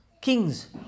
kings